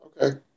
Okay